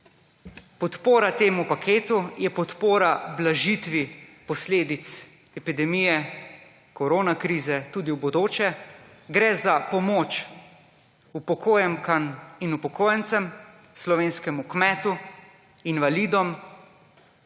Podpora temu paketu je podpora blažitvi posledic epidemije korona krize tudi v bodoče. Gre za pomoč upokojenkam in upokojencem, slovenskemu kmetu, invalidom,